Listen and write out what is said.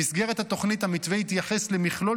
במסגרת התוכנית המתווה יתייחס למכלול